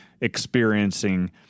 experiencing